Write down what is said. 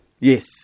Yes